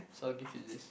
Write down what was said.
so what gift is this